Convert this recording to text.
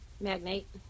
Magnate